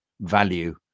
value